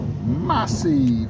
Massive